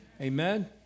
Amen